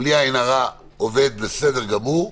בלי עין הרע, עובד בסדר גמור,